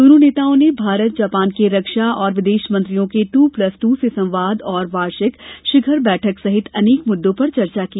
दोनों नेताओं ने भारत जापान के रक्षा और विदेश मंत्रियों के ट्र प्लस टू से संवाद और वार्षिक शिखर बैठक सहित अनेक मुद्दों पर चर्चा की